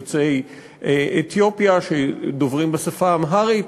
יוצאי אתיופיה שמדברים בשפה האמהרית.